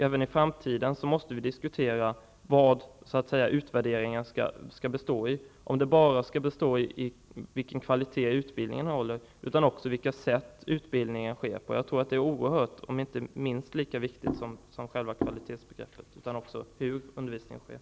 Även i framtiden måste vi, tror jag, diskutera vad utvärderingen skall bestå i -- om den skall bestå bara i en utvärdering av vilken kvalitet utbildningen håller eller om den också skall gälla på vilket sätt utbildningen sker. Jag tror att det är minst lika viktigt med en utvärdering av hur undervisningen sker som med en utvärdering av själva kvaliteten.